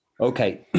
Okay